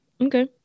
Okay